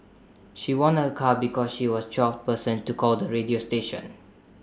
she won A car because she was the twelfth person to call the radio station